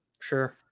Sure